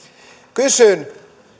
kysyn